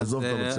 עזוב את המצגת.